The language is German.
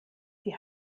die